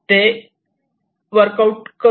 ते work out करू